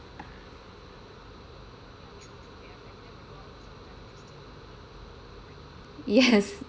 yes